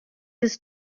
des